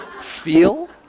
Feel